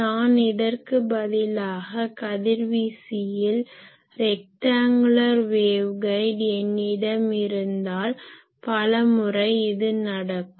நான் இதற்கு பதிலாக கதிர்வீசியில் ரெக்டாங்குலர் வேவ் கைட் என்னிடம் இருந்தால் பல முறை இது நடக்கும்